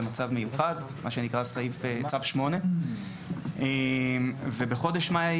במצב מיוחד - מה שנקרא סעיף צו 8. ובחודש מאי